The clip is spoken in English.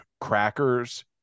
crackers